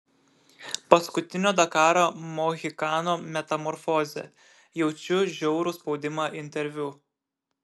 paskutinio dakaro mohikano metamorfozė jaučiu žiaurų spaudimą interviu